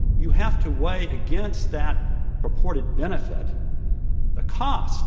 you have to weigh against that purported benefit the costs